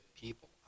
people